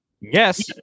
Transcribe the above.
yes